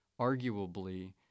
arguably